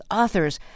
authors